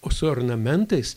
o su ornamentais